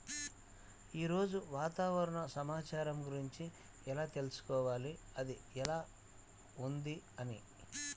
ఈరోజు వాతావరణ సమాచారం గురించి ఎలా తెలుసుకోవాలి అది ఎలా ఉంది అని?